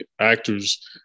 actors